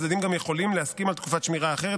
הצדדים יכולים להסכים על תקופת שמירה אחרת,